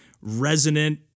resonant